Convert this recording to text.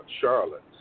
Charlotte